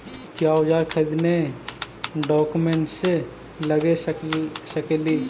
क्या ओजार खरीदने ड़ाओकमेसे लगे सकेली?